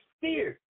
fear